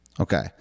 Okay